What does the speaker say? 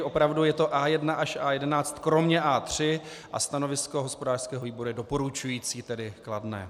Opravdu je to A1 až A11 kromě A3 a stanovisko hospodářského výboru je doporučující, tedy kladné.